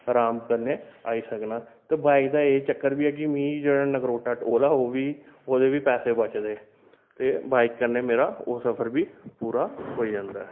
अराम कन्नै आई सकना ते बाइक दा एह् चक्कर बी ऐ कि मिगी जेह्ड़ा नगरोटा टोल ऐ ओह् बी ओह्दे बी पैसे बचदे ते बाइक कन्नै मेरा ओह् सफर बी पूरा होई जंदा ऐ